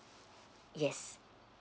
yes